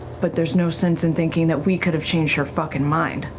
but there's no sense in thinking that we could've changed her fucking mind.